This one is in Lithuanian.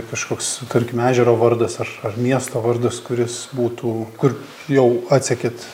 kažkoks tarkime ežero vardas aš ar miesto vardas kuris būtų kur jau atsekėt